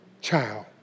child